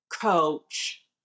coach